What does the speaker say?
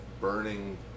burning